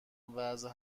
وضع